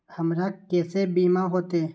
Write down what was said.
हमरा केसे बीमा होते?